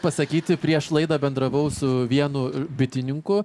pasakyti prieš laidą bendravau su vienu bitininku